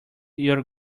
your